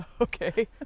Okay